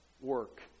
work